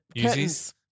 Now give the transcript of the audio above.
curtains